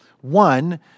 One